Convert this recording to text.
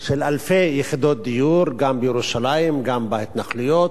של אלפי יחידות דיור, גם בירושלים, גם בהתנחלויות,